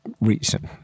reason